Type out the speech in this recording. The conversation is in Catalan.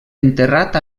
enterrat